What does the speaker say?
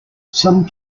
some